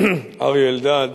אריה אלדד,